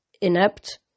inept